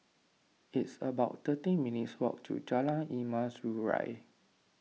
it's about thirteen minutes' walk to Jalan Emas Urai